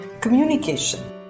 communication